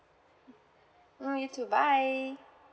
mm you too bye